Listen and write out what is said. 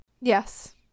yes